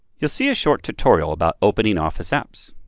you'll see a short tutorial about opening office apps.